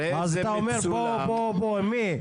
אז אתה אומר 'בואו, בואו', מי?